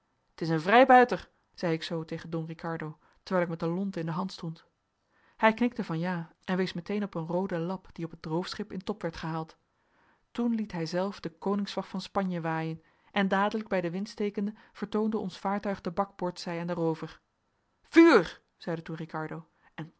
t is een vrijbuiter zei ik zoo tegen don ricardo terwijl ik met de lont in de hand stond hij knikte van ja en wees meteen op een rooden lap die op het roofschip in top werd gehaald toen liet hijzelf de koningsvlag van spanje waaien en dadelijk bij den wind stekende vertoonde ons vaartuig de bakboordzij aan den roover vuur zeide toen ricardo en